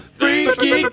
freaky